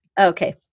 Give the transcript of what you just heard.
Okay